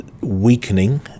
weakening